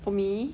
for me